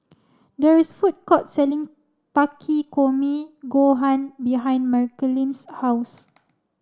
there is a food court selling Takikomi Gohan behind Marceline's house